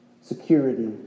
Security